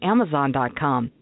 Amazon.com